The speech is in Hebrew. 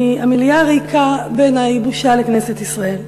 המליאה הריקה, בעיני, היא בושה לכנסת ישראל.